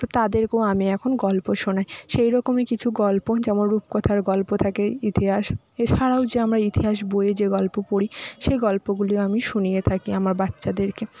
তো তাদেরকেও আমি এখন গল্প শোনাই সেই রকমই কিছু গল্প যেমন রূপকথার গল্প থাকে ইতিহাস এছাড়াও যে আমরা ইতিহাস বইয়ে যে গল্প পড়ি সেই গল্পগুলিও আমি শুনিয়ে থাকি আমার বাচ্ছাদেরকে